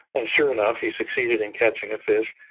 and sure enough, he succeeded in catching a fish.